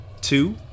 two